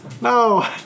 No